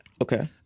Okay